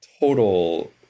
total